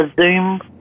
Zoom